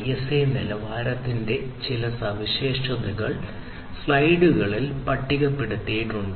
ISA നിലവാരത്തിന്റെ ചില സവിശേഷതകൾ സ്ലൈഡുകളിൽ പട്ടികപ്പെടുത്തിയിട്ടുണ്ട്